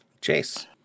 Chase